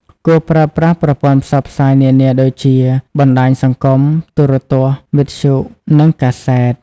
គួរប្រើប្រាស់ប្រព័ន្ធផ្សព្វផ្សាយនានាដូចជា បណ្ដាញសង្គម ទូរទស្សន៍ វិទ្យុ និងកាសែត។